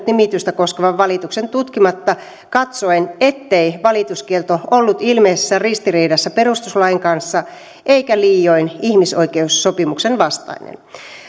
nimitystä koskevan valituksen tutkimatta katsoen ettei valituskielto ollut ilmeisessä ristiriidassa perustuslain kanssa eikä liioin ihmisoikeussopimuksen vastainen